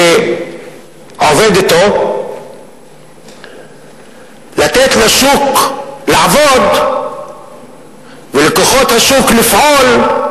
שעובד אתו, לתת לשוק לעבוד ולכוחות השוק לפעול.